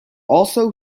also